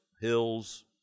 hills